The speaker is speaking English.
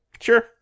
Sure